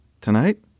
Tonight